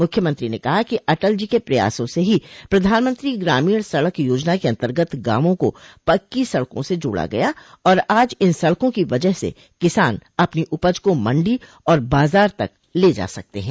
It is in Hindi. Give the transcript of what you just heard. मुख्यमंत्री ने कहा कि अटल जी के प्रयासों से ही प्रधानमंत्री ग्रामीण सड़क योजना के अन्तर्गत गांवों को पक्की सड़कों से जोड़ा गया और आज इन सड़कों की वजह से किसान अपनी उपज को मंडी और बाजार तक ले जा सकते हैं